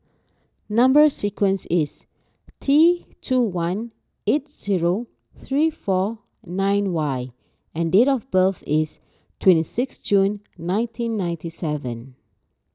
Number Sequence is T two one eight zero three four nine Y and date of birth is twenty six June nineteen ninety seven